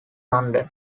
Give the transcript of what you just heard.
london